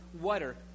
water